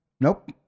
Nope